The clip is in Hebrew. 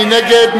מי נגד?